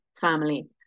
family